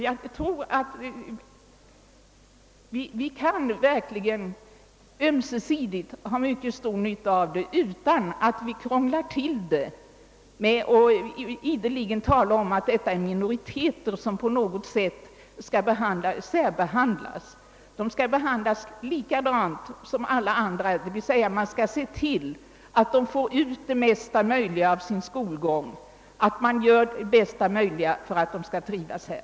Jag tror att vi verkligen kan ömsesidigt ha mycket stor nytta av det utan att vi krånglar till det med att ideligen tala om att detta är minoriteter som på något sätt skall särbehandlas. De skall behandlas likadant som alla andra, d.v.s. man skall se till att de får ut det mesta möjliga av sin skolgång och att vi själva gör det bästa möjliga för att de skall trivas här.